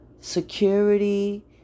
security